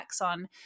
on